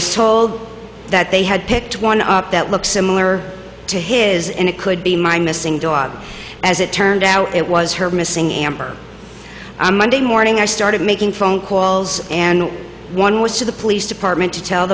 was told that they had picked one up that looks similar to his and it could be my missing dog as it turned out it was her missing amber monday morning i started making phone calls and one was to the police department to tell